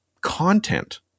content